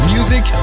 Music